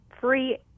free